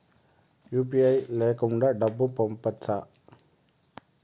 UPI లేకుండా డబ్బు పంపొచ్చా